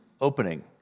opening